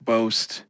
Boast